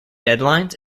deadlines